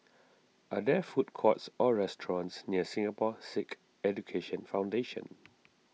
are there food courts or restaurants near Singapore Sikh Education Foundation